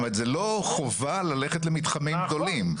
זאת אומרת זה לא חובה ללכת למתחמים גדולים.